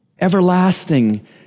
everlasting